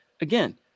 again